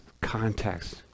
context